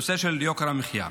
יוקר המחיה.